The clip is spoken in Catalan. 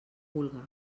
vulga